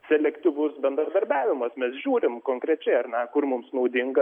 selektyvus bendradarbiavimas mes žiūrim konkrečiai ar ne kur mums naudinga